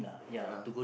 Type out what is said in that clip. ya lah